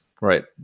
Right